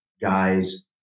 guys